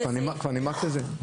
כבר נימקת את זה?